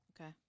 Okay